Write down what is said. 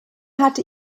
hatte